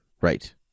Right